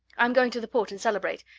i'm going to the port and celebrate,